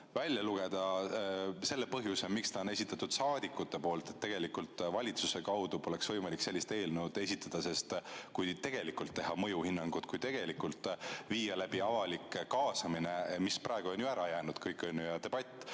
välja lugeda selle põhjuse, miks selle on esitanud saadikud, et tegelikult valitsuse kaudu poleks võimalik sellist eelnõu esitada? Sest kui tegelikult teha mõjuhinnangut, kui tegelikult viia läbi avalikkuse kaasamine, mis praegu on ju kõik ära jäänud, ja debatt,